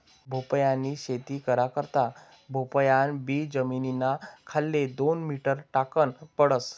भोपयानी शेती करा करता भोपयान बी जमीनना खाले दोन मीटर टाकन पडस